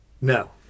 no